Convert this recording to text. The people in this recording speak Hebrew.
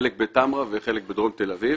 חלק בטמרה וחלק בדרום תל אביב.